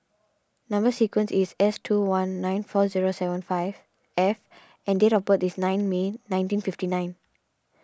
Number Sequence is S two one nine four zero seven five F and date of birth is nine May nineteen fifty nine